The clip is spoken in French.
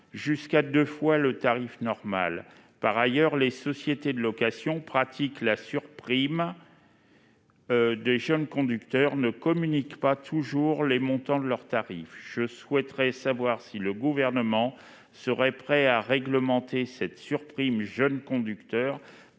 jusqu'à 2 fois le tarif normal, par ailleurs, les sociétés de location pratique la surprime des jeunes conducteurs ne communiquent pas toujours les montants de leurs tarifs, je souhaiterais savoir si le gouvernement serait prêt à réglementer cette surprime jeune conducteur